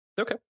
Okay